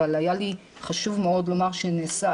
אבל היה לי חשוב מאוד לומר שנעשה,